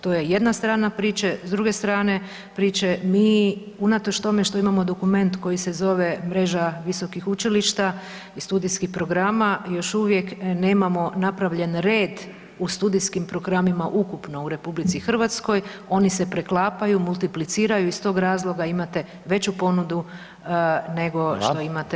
To je jedna strana priče, s druge strane priče, mi unatoč tome što imamo dokument koji se zove Mreža visokih učilišta i studijskih programa, još uvijek nemamo napravljen red u studijskim programima ukupno u RH, oni se preklapaju, multipliciraju, iz tog razloga imate veću ponudu nego što imate